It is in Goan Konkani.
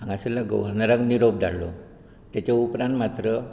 हांगा सरल्या गव्हर्नरांक निरोप धाडलो तेचे उपरांत मात्र